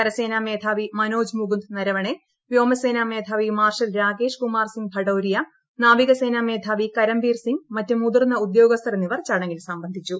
കരസേനാ മേധാവി മനോജ് മുകുന്ദ് നരവണെ വ്യോമസേനാ മേധാവി മാർഷൽ രാകേഷ് കുമാർ സിംഗ് ഭഡൌരിയ നാവിക സേനാ മേധാവി കരംബീർ സിംഗ് മറ്റ് മുതിർന്ന ഉദ്യോഗസ്ഥരും ചടങ്ങിൽ സംബന്ധിച്ചു